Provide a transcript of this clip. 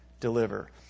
deliver